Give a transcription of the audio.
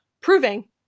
proving